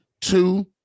Two